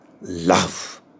love